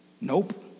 Nope